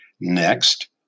Next